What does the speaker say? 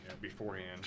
beforehand